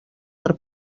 per